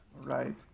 right